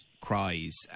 cries